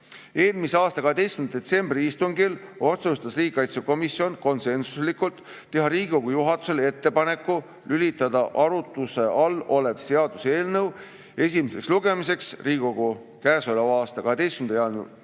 Eelmise aasta 12. detsembri istungil otsustas riigikaitsekomisjon konsensuslikult, et Riigikogu juhatusele tehakse ettepanek lülitada arutluse all olev seaduseelnõu esimeseks lugemiseks Riigikogu käesoleva aasta 12. jaanuari